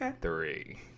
three